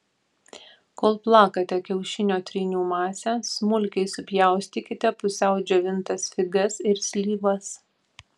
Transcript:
kol plakate kiaušinio trynių masę smulkiai supjaustykite pusiau džiovintas figas ir slyvas